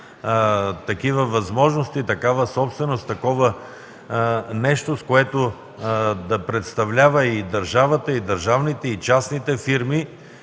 такива възможности, такава собственост, нещо, с което да представлява държавата, държавните и частните фирми.